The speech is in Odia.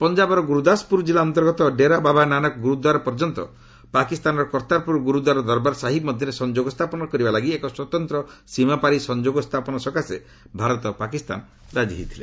ପଞ୍ଜାବର ଗୁରୁଦାସପୁର ଜିଲ୍ଲା ଅନ୍ତର୍ଗତ ଡେରାବାବା ନାନକ ଗୁରୁଦ୍ୱାରା ପର୍ଯ୍ୟନ୍ତ ପାକିସ୍ତାନର କର୍ତ୍ତାରପୁର ଗୁରୁଦ୍ୱାର ଦରବାର ସାହିବ୍ ମଧ୍ୟରେ ସଂଯୋଗ ସ୍ଥାପନ କରିବାଲାଗି ଏକ ସ୍ୱତନ୍ତ ସୀମାପାରି ସଂଯୋଗ ସ୍ଥାପନ ସକାଶେ ଭାରତ ପାକିସ୍ତାନ ରାଜି ହୋଇଥିଲେ